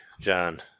John